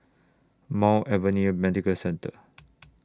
Mount Alvernia Medical Centre